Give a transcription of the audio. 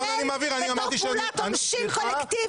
רונן בתור פעולת עונשין קולקטיבית,